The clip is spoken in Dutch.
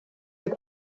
het